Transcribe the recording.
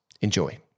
Enjoy